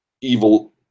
evil